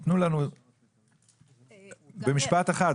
תנו לנו במשפט אחד.